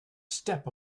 step